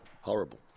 horrible